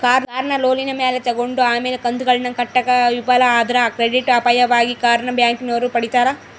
ಕಾರ್ನ ಲೋನಿನ ಮ್ಯಾಲೆ ತಗಂಡು ಆಮೇಲೆ ಕಂತುಗುಳ್ನ ಕಟ್ಟಾಕ ವಿಫಲ ಆದ್ರ ಕ್ರೆಡಿಟ್ ಅಪಾಯವಾಗಿ ಕಾರ್ನ ಬ್ಯಾಂಕಿನೋರು ಪಡೀತಾರ